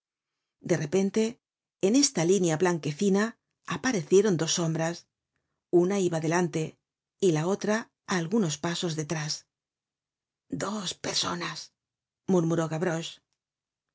de repente en esta línea blanquecina aparecieron dos sombras una iba delante y la otra á algunos pasos detrás dos personas murmuró